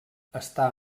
està